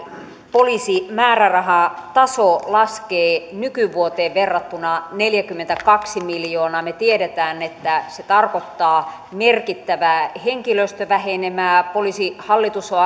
poliisin määrärahataso laskee nykyvuoteen verrattuna neljäkymmentäkaksi miljoonaa me tiedämme että se tarkoittaa merkittävää henkilöstövähenemää poliisihallitus on